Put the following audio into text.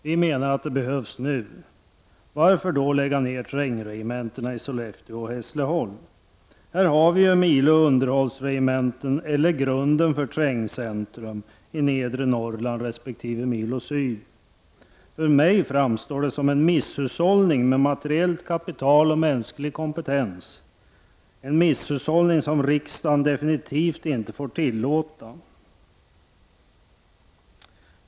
Vi menar att det behövs nu. Varför skall man då lägga ned trängregementena i Sollefteå och Hässleholm? Här har vi ju milounderhållsregementen eller grunden för trängcentrum i nedre Norrland resp. milo Syd. För mig framstår det som en misshushållning med materiellt kapital och mänsklig kompetens, en misshushållning som riksdagen absolut inte får tillåta.